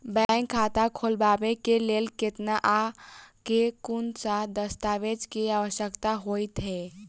Bank खाता खोलबाबै केँ लेल केतना आ केँ कुन सा दस्तावेज केँ आवश्यकता होइ है?